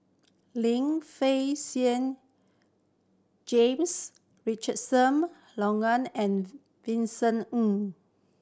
Lim Fei Shen James Richardson Logan and Vincent Ng